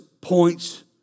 points